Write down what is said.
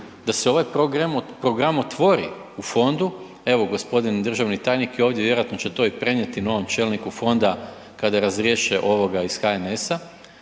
da se ovaj program otvori u fondu, evo gospodin državni tajnik vjerojatno će to i prenijeti novom čelniku fonda kada razriješe ovoga iz HNS-a